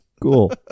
Cool